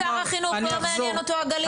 שר החינוך לא מעניין אותלו הגליל נקודה.